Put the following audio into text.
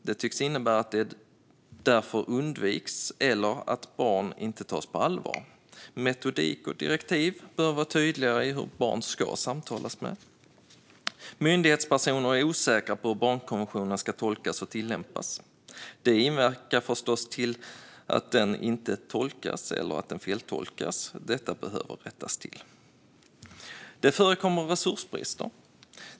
Det tycks innebära att det därför undviks eller att barn inte tas på allvar. Metodik och direktiv behöver vara tydligare i fråga om hur man ska samtala med barn. Myndighetspersoner är osäkra på hur barnkonventionen ska tolkas och tillämpas. Det inverkar förstås på så sätt att den inte tolkas eller att den feltolkas. Detta behöver rättas till. Det förekommer resursbrister.